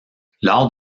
lors